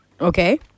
Okay